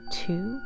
two